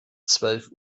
zwölf